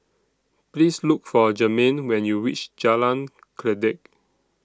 Please Look For Germaine when YOU REACH Jalan Kledek